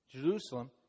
Jerusalem